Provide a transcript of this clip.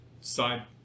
side